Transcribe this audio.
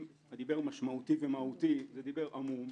משמעותי ומהותי זה דיבר עמום.